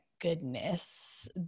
goodness